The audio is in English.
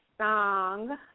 song